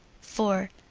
four.